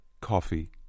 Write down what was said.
coffee